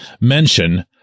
mention